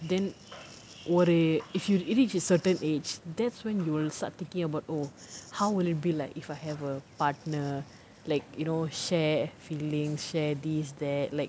then ஒரு:oru if you reach a certain age that's when you'll start thinking about oh how will it be like if I have a partner like you know share feelings share this that like